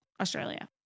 Australia